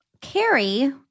Carrie